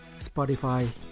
Spotify